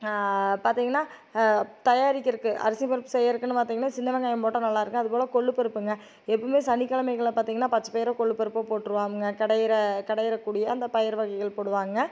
பார்த்திங்கன்னா தயாரிக்கிறதுக்கு அரிசியும் பருப்பும் செய்யறதுக்குனு பார்த்திங்கன்னா சின்ன வெங்காயம் போட்டால் நல்லாயிருக்கும் அதுபோல் கொள்ளு பருப்புங்க எப்பயுமே சனிக்கெழமைகளில் பார்த்திங்கன்னா பச்சைப்பயரும் கொள்ளு பருப்பும் போட்டுருவாங்க கடைகிற கடையிறக்கூடிய அந்த பயறு வகைகள் போடுவாங்க